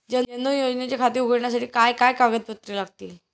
जनधन योजनेचे खाते उघडण्यासाठी काय काय कागदपत्रे लागतील?